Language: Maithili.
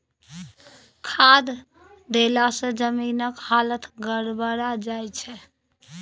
खाद देलासँ जमीनक हालत गड़बड़ा जाय छै